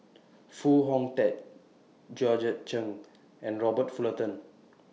Foo Hong Tatt Georgette Chen and Robert Fullerton